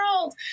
world